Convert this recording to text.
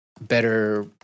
better